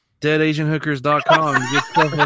deadasianhookers.com